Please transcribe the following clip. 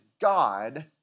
God